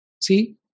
see